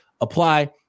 apply